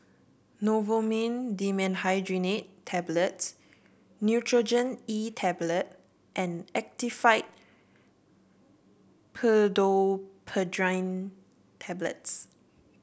Novomin Dimenhydrinate Tablets Nurogen E Tablet and Actifed Pseudoephedrine Tablets